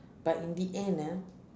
but in the end ah